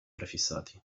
prefissati